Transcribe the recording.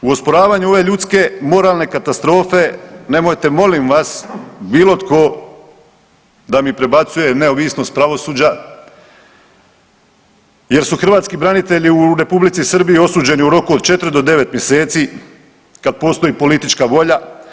U osporavanju ove ljudske moralne katastrofe nemojte molim vas bilo tko da mi prebacuje neovisnost pravosuđa jer su hrvatski branitelju Republici Srbiji osuđeni u roku od 4 do 9 mjeseci kad postoji politička volja.